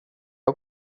och